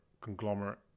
conglomerate